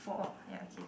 four ya okay